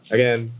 Again